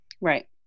Right